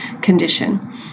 condition